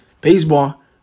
baseball